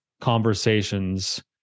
conversations